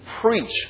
preach